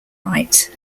right